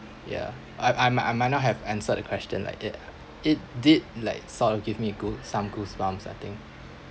yeah I I'm I'm might not have answered the question like it it did like sort of give me a goo~ some goosebumps I think